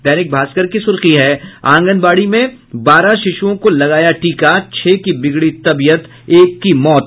दैनिक भास्कर की सुर्खी है आंगनबाड़ी में बारह शिशुओं को लगाया टीका छह की बिगड़ी तबियत एक की मौत